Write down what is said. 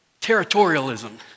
territorialism